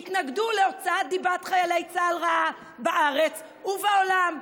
יתנגדו להוצאת דיבת חיילי צה"ל רעה בארץ ובעולם.